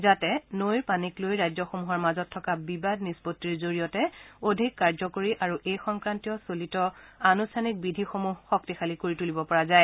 যাতে নৈৰ পানীক লৈ ৰাজ্যসমূহৰ মাজত থকা বিবাদ নিষ্পত্তিৰ জৰিয়তে অধিক কাৰ্যকৰী আৰু এই সংক্ৰান্তীয় চিলত আনুষ্ঠানিক বিধি সমূহ শক্তিশালী কৰি তুলিব পৰা যায়